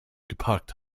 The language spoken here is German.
geparkt